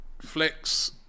flex